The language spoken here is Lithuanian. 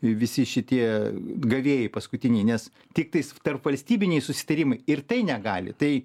visi šitie gavėjai paskutiniai nes tiktais tarpvalstybiniai susitarimai ir tai negali tai